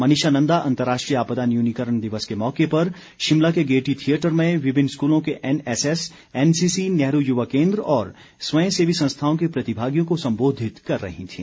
मनीषा नंदा अंतर्राष्ट्रीय आपदा न्यूनीकरण दिवस के मौके पर शिमला के गेयटी थियेटर में विभिन्न स्कूलों के एन एसएस एनसीसी नेहरू युवा केन्द्र और स्वयं सेवी संस्थाओं के प्रतिभागियों को संबोधित कर रही थीं